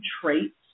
traits